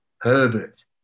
Herbert